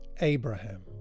Abraham